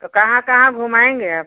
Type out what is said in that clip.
तो कहाँ कहाँ घुमाएँगे आप